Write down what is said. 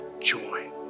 joy